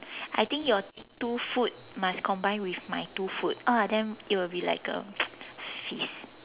I think your two food must combine with my two food ah then it will be like a feast